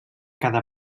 cada